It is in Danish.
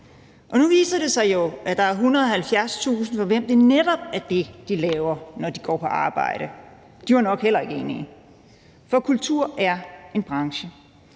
nu viser det sig jo, at der er 170.000 mennesker, for hvem det gælder, at det netop er det, de laver, når de går på arbejde. De var nok heller ikke enige. For kultur er en branche.